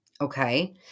Okay